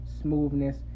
smoothness